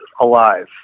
alive